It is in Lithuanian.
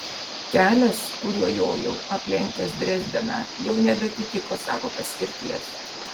kelias kuriuo jojau aplenkęs drezdeną jau nebeatitiko savo paskirties